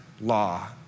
law